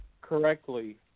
correctly